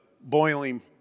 boiling